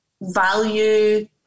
value